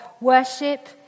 worship